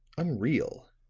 unreal